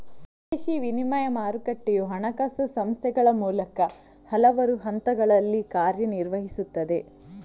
ವಿದೇಶಿ ವಿನಿಮಯ ಮಾರುಕಟ್ಟೆಯು ಹಣಕಾಸು ಸಂಸ್ಥೆಗಳ ಮೂಲಕ ಹಲವಾರು ಹಂತಗಳಲ್ಲಿ ಕಾರ್ಯ ನಿರ್ವಹಿಸುತ್ತದೆ